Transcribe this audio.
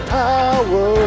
power